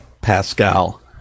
pascal